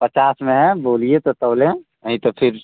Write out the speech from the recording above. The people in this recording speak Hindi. पचास में है बोलिए तो तौलें नहीं तो फिर